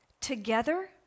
Together